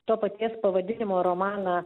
to paties pavadinimo romaną